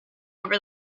over